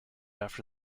after